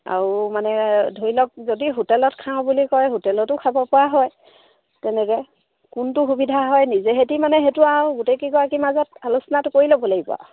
আৰু মানে ধৰি লওক যদি হোটেলত খাওঁ বুলি কয় হোটেলতো খাবপৰা হয় তেনেকৈ কোনটো সুবিধা হয় নিজেহেঁতি মানে সেইটো আৰু গোটেই কেইগৰাকীৰ মাজত আলোচনাটো কৰি ল'ব লাগিব আৰু